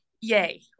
yay